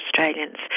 Australians